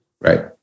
Right